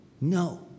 No